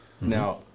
Now